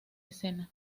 escena